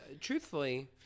truthfully